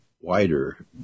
wider